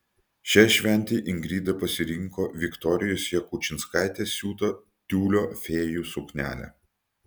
šiai šventei ingrida pasirinko viktorijos jakučinskaitės siūtą tiulio fėjų suknelę